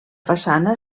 façana